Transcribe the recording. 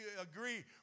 agree